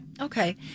Okay